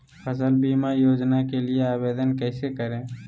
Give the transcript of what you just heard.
फसल बीमा योजना के लिए आवेदन कैसे करें?